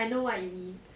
I know what you mean